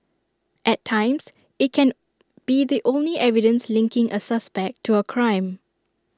at times IT can be the only evidence linking A suspect to A crime